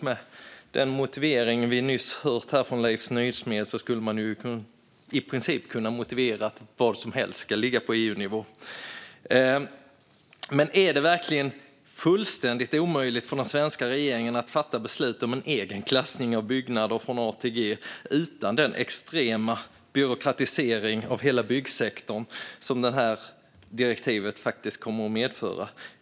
Med den motivering som vi nyss har hört här från Leif Nysmed skulle man i princip kunna motivera att vad som helst ska ligga på EU-nivå. Är det verkligen fullständigt omöjligt för den svenska regeringen att fatta beslut om en egen klassning av byggnader från A till G utan den extrema byråkratisering av hela byggsektorn som detta direktiv faktiskt kommer att medföra?